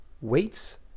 Weights